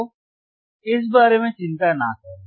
तो इस बारे में चिंता न करें